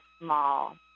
small